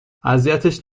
اذیتش